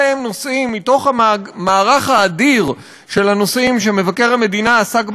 אלה הם נושאים מתוך המערך האדיר של הנושאים שמבקר המדינה עסק בהם,